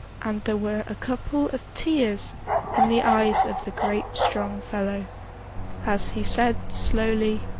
and there were a couple of tears in the eyes of the great strong fellow as he said slowly